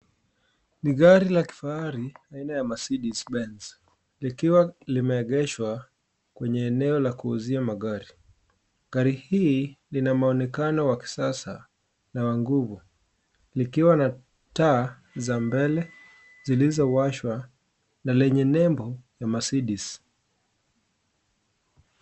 Ni gari la kifahari aina ya Mercedes-Benz likiwa limeegeshwa kwenye eneo la kuuzia magari, gari hii lina maonekano ya kisasa na wa nguvu likiwa na taa za mbele zilizowashwa na lenye nembo ya Mercedes.